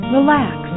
Relax